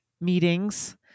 meetings